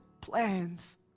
plans